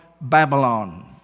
Babylon